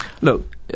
Look